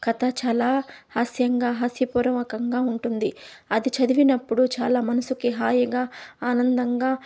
కథ చాలా హస్యంగా హస్యపూర్వకంగా ఉంటుంది అది చదివినప్పుడు చాలా మనసుకి హాయిగా ఆనందంగా